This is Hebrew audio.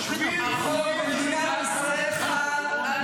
יושבים --- החוק במדינת ישראל חל על